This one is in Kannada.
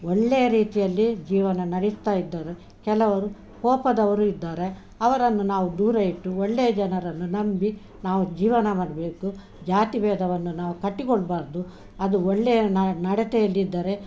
ಒಳ್ಳೆಯ ರೀತಿಯಲ್ಲಿ ಜೀವನ ನಡೆಸ್ತಾ ಇದ್ದರು ಕೆಲವರು ಕೋಪದವರು ಇದ್ದಾರೆ ಅವರನ್ನು ನಾವು ದೂರ ಇಟ್ಟು ಒಳ್ಳೆಯ ಜನರನ್ನು ನಂಬಿ ನಾವು ಜೀವನ ಮಾಡಬೇಕು ಜಾತಿ ಭೇದವನ್ನು ನಾವು ಕಟ್ಟಿಕೊಳ್ಳಬಾರ್ದು ಅದು ಒಳ್ಳೆಯ ನಡತೆಯಲ್ಲಿದ್ದರೆ